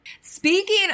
Speaking